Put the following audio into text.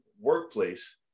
workplace